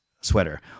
sweater